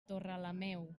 torrelameu